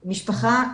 משפחה,